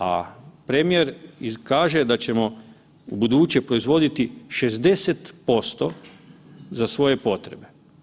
A premijer kaže da ćemo ubuduće proizvoditi 60% za svoje potrebe.